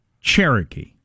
Cherokee